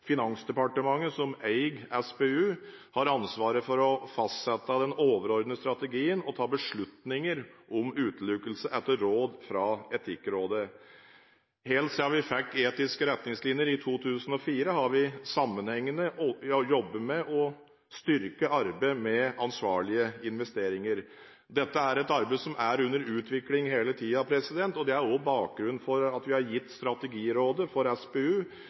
Finansdepartementet, som eier SPU, har ansvaret for å fastsette den overordnede strategien og ta beslutninger om utelukkelse etter råd fra Etikkrådet. Helt siden vi fikk etiske retningslinjer i 2004, har vi sammenhengende jobbet med å styrke arbeidet med ansvarlige investeringer. Dette er et arbeid som er under utvikling hele tiden, og det er også bakgrunnen for at vi har gitt Strategirådet for SPU